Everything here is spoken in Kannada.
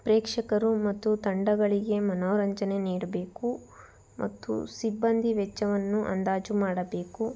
ಪ್ರೇಕ್ಷಕರು ಮತ್ತು ತಂಡಗಳಿಗೆ ಮನೋರಂಜನೆ ನೀಡಬೇಕು ಮತ್ತು ಸಿಬ್ಬಂದಿ ವೆಚ್ಚವನ್ನು ಅಂದಾಜು ಮಾಡಬೇಕು